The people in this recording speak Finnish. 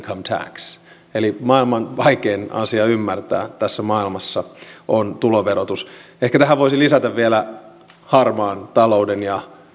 tax eli vaikein asia ymmärtää tässä maailmassa on tuloverotus ehkä tähän voisi lisätä vielä harmaan talouden ja